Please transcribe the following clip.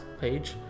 page